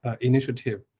initiative